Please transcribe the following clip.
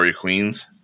queens